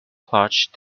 clutch